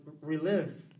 relive